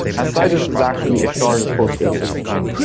and citus is actually a shard of postgres essentially.